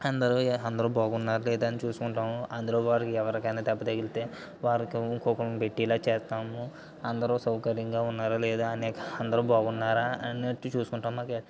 అందరూ అందరూ బాగున్నారా లేదా అని చూస్కుంటాము అందులో వారికి ఎవరికైన దెబ్బ తగిలితే వారికి ఇంకొకరిని పెట్టి ఇలా చేస్తాము అందరూ సౌకర్యంగా ఉన్నారా లేదా అనే అందరూ బాగున్నారా అన్నట్టు చూస్కుంటాము